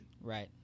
Right